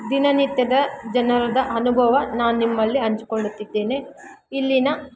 ದಿನನಿತ್ಯದ ಜನರ ಅನುಭವ ನಾನು ನಿಮ್ಮಲ್ಲಿ ಹಂಚಿಕೊಳ್ಳುತ್ತಿದ್ದೇನೆ ಇಲ್ಲಿನ